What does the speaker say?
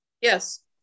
Yes